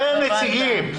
זה נציגים.